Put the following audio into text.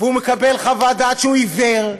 והוא מקבל חוות דעת שהוא עיוור,